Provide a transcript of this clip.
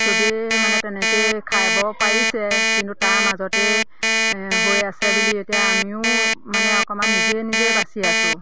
চবেই মানে তেনেকৈয়ে খাই পাৰিছে কিন্তু তাৰ মাজতেই হৈ আছে বুলি এতিয়া আমিও মানে অকণমান নিজেই নিজেই বাছি আছো